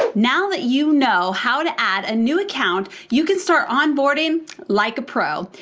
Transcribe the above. now that you know how to add a new account, you can start onboarding like a pro.